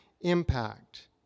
impact